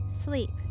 Sleep